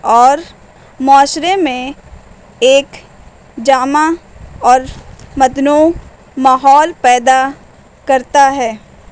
اور معاشرے میں ایک جامع اور متنوع ماحول پیدا کرتا ہے